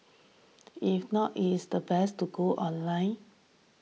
if not it is the best to go online